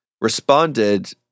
responded